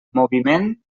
moviment